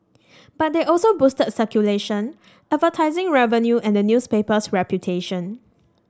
but they also boosted circulation advertising revenue and the newspaper's reputation